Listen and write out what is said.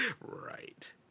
Right